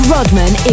Rodman